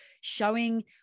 showing